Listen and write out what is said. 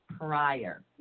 prior